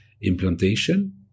implantation